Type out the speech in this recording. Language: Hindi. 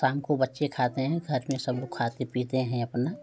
शाम को बच्चे खाते हैं घर में सब लोग खाते पीते हैं अपना